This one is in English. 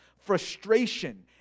frustration